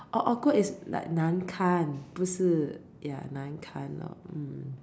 orh awkward is like 难看不是 ya 难看 lor mm